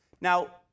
Now